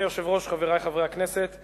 אנחנו ממשיכים בסדר-היום: